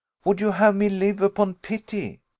would you have me live upon pity?